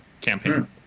campaign